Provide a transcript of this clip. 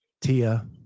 Tia